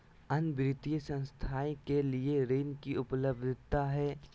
अन्य वित्तीय संस्थाएं के लिए ऋण की उपलब्धता है?